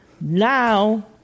Now